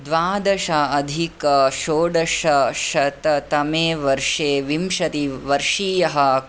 द्वादशाधिक षोडशशततमे वर्षे विंशतिवर्षीयः